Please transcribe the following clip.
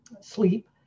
sleep